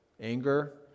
Anger